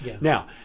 Now